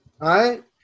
right